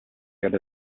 good